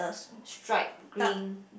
stripe green